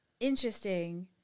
Interesting